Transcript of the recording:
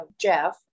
Jeff